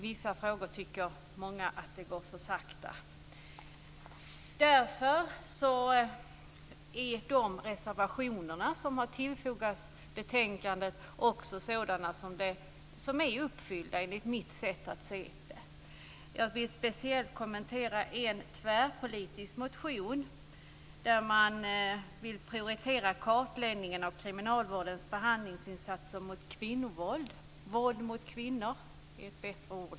Många tycker att det går för sakta med vissa frågor. De reservationer som har tillfogats betänkandet har därför tillgodosetts, enligt mitt sätt att se det. Jag vill speciellt kommentera en tvärpolitisk motion där man vill prioritera kartläggningen av kriminalvårdens behandlingsinsatser när det gäller våld mot kvinnor.